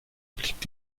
obliegt